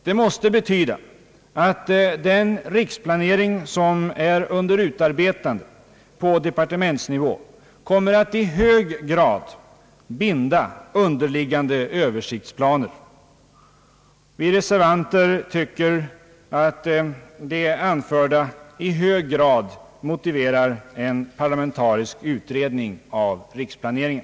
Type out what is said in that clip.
Det måste betyda att den riksplanering som är under utarbetande på departementsnivå kommer att i hög grad binda underliggande översiktsplaner. Vi reservanter tycker att det anförda i hög grad motiverar en parlamentarisk utredning av riksplaneringen.